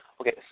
Okay